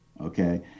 okay